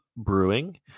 Brewing